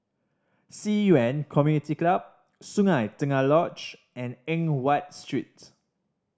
Ci Yuan Community Club Sungei Tengah Lodge and Eng Watt Streets